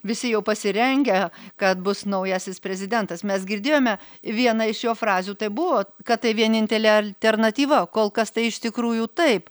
visi jau pasirengę kad bus naujasis prezidentas mes girdėjome vieną iš jo frazių tai buvo kad tai vienintelė alternatyva kol kas tai iš tikrųjų taip